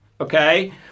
Okay